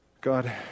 God